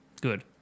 good